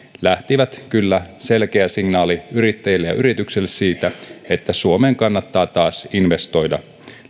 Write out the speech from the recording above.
lähti kyllä selkeä signaali yrittäjille ja yrityksille siitä että suomeen kannattaa taas investoida